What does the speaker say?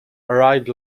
arrived